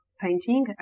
painting